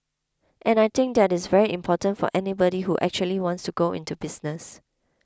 and I think that is very important for anybody who actually wants to go into business